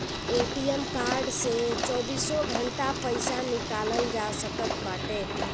ATM card से चौबीसों घंटा पईसा निकालल जा सकत बाटे